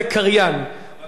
אני יכול להקריא גם.